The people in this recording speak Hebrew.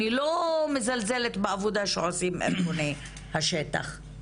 אני לא מזלזלת בעבודה שעושים ארגוני השטח,